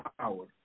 power